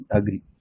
agree